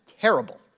terrible